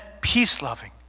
peace-loving